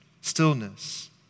stillness